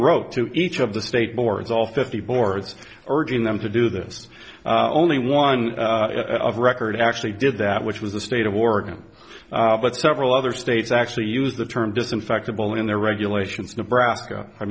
wrote to each of the state boards all fifty boards urging them to do this only one of record actually did that which was the state of oregon but several other states actually use the term disinfected bill in their regulations nebraska i